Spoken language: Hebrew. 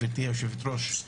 גברתי היושב-ראש,